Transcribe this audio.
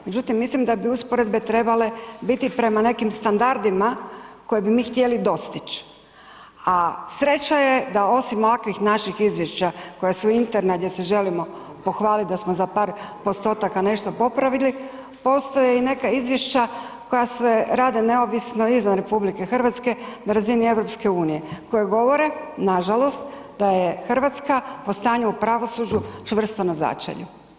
Međutim mislim da bi usporedbe trebale biti prema nekim standardima koje bi mi htjeli dostić, a sreća je da osim ovakvih naših izvješća koja su interna gdje se želimo pohvaliti da smo za par postotaka nešto popravili, postoje i neka izvješća koja se rade neovisno izvan RH na razini EU koji govore nažalost, da je Hrvatska po stanju u pravosuđu čvrsto na začelju.